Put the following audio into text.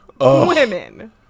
women